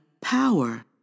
power